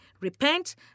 repent